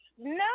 No